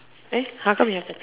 eh how come you have the